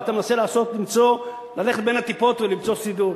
ואתה מנסה ללכת בין הטיפות ולמצוא סידור.